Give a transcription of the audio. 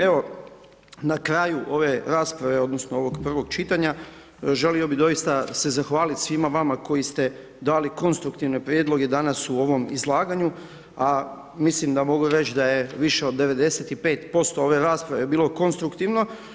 Evo na kraju ove rasprave odnosno ovog prvog čitanja, želio bi doista se zahvaliti svima vama koji ste dali konstruktivne prijedloge danas u ovom izlaganju a mislim da mogu reći da je više od 95% ove rasprave bilo konstruktivno.